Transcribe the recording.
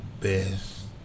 best